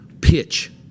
pitch